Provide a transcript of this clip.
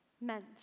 meant